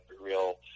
real